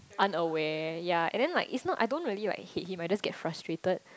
unaware ya and then like it's not I don't really like hate him I just get frustrated